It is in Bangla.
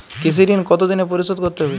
কৃষি ঋণ কতোদিনে পরিশোধ করতে হবে?